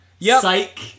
Psych